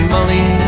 Molly